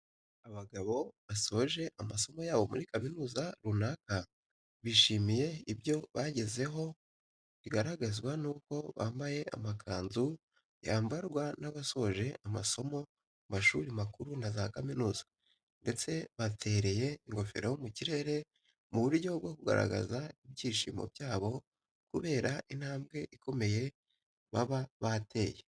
Abagabo basoje amasomo yabo muri kaminuza runaka bishimiye ibyo bagezeho bigaragazwa n'uko bamabye amakanzu yambarwa n'abasoze amasomo mu mashuri makuru na za kaminuza ndetse batereye ingofero mu kirere mu buryo bwo kugaragaza ibyishimo byabo kubera intambwe ikomeye baba bateye.